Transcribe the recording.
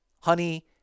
honey